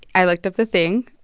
i looked up the thing.